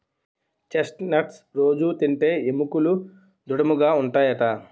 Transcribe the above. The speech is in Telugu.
చెస్ట్ నట్స్ రొజూ తింటే ఎముకలు దృడముగా ఉంటాయట